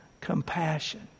Compassion